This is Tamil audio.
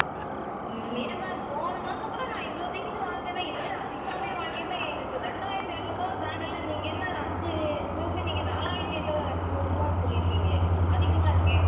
ம் ஏன் மேம் போன மாதம் கூட நான் இவ்வளோ திங்ஸ் வாங்கினேன் இதை விட அதிகமாகவே வாங்கியிருந்தேன் எனக்கு ரெண்டாயிரத்தி ஐந்நூறுபாவை தாண்டலை நீங்கள் என்ன அஞ்சு இதுக்கே நீங்கள் நாலாயிரத்தி எட்நூறுபான்னு சொல்லியிருக்கீங்களே அதிகமாக இருக்குது